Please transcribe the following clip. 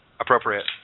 appropriate